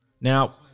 Now